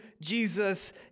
Jesus